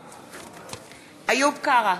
נגד איוב קרא,